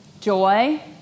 Joy